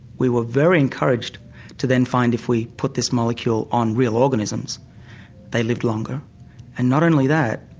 we were very encouraged to then find if we put this molecule on real organisms they lived longer and not only that,